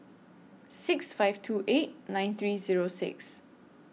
six five two eight nine three Zero six